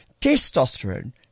testosterone